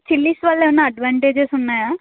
chillies వల్ల ఏమైనా advantages ఉన్నాయా